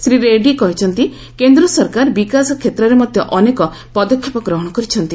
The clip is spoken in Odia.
ଶ୍ରୀ ରେଡ୍ରୀ କହିଛନ୍ତି କେନ୍ଦ୍ର ସରକାର ବିକାଶ କ୍ଷେତ୍ରରେ ମଧ୍ୟ ଅନେକ ପଦକ୍ଷେପ ଗ୍ରହଣ କରିଛନ୍ତି